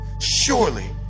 Surely